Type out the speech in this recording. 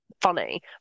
funny